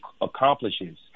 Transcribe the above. accomplishes